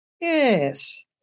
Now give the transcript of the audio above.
Yes